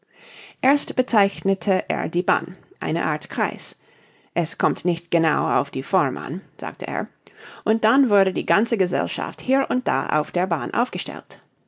erst bezeichnete er die bahn eine art kreis es kommt nicht genau auf die form an sagte er und dann wurde die ganze gesellschaft hier und da auf der bahn aufgestellt